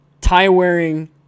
tie-wearing